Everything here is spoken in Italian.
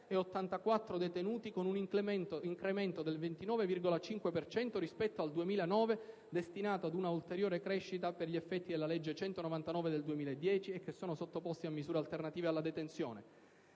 detenuti, con un incremento del 29,5 per cento rispetto al 2009, destinato ad una ulteriore crescita per gli effetti della legge n. 199 del 2010, e che sono sottoposti a misura alternativa alla detenzione.